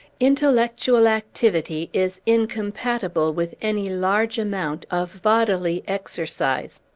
intellectual activity is incompatible with any large amount of bodily exercise.